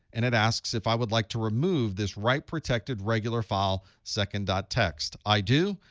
and it asks if i would like to remove this write-protected regular file, second ah txt. i do,